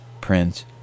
prince